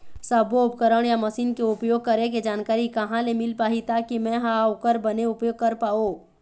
सब्बो उपकरण या मशीन के उपयोग करें के जानकारी कहा ले मील पाही ताकि मे हा ओकर बने उपयोग कर पाओ?